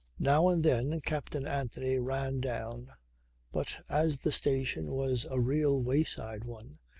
now and then captain anthony ran down but as the station was a real wayside one,